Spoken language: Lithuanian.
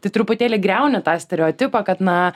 tai truputėlį griauni tą stereotipą kad na